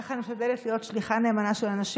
ככה אני משתדלת להיות שליחה נאמנה לאנשים